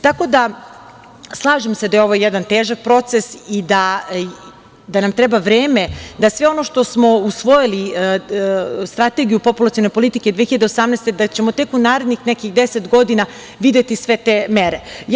Tako da, slažem se da je ovo jedan težak proces i da nam treba vreme da sve ono što smo usvojili, odnosno Strategiju populacione politike 2018. godine, da ćemo tek u narednih nekih deset godina videti sve te mere.